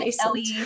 Ellie